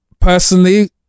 personally